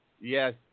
Yes